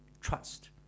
trust